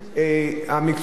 המקצוע שלו,